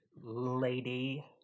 lady